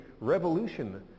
revolution